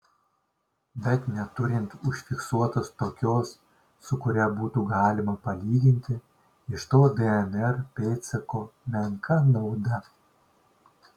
bet neturint užfiksuotos tokios su kuria būtų galima palyginti iš to dnr pėdsako menka nauda